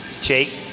Jake